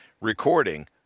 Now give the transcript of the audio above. recording